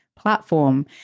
platform